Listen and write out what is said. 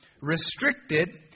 restricted